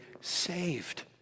saved